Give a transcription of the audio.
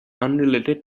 unrelated